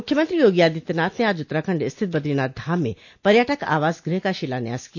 मूख्यमंत्री योगी आदित्यनाथ ने आज उत्तराखण्ड स्थित बद्रीनाथ धाम में पर्यटक आवास गृह का शिलान्यास किया